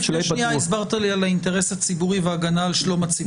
לפני שנייה הסברת לי על האינטרס הציבורי והגנה על שלום הציבור.